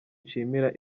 nshimira